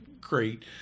great